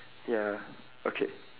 ya okay